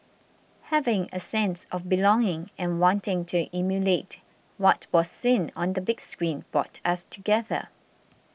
having a sense of belonging and wanting to emulate what was seen on the big screen brought us together